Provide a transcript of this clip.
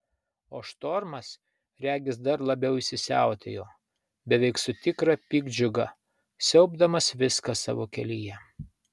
o štormas regis dar labiau įsisiautėjo beveik su tikra piktdžiuga siaubdamas viską savo kelyje